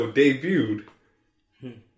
debuted